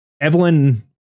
Evelyn